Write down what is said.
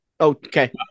Okay